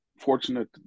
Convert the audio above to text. Fortunate